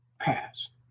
passed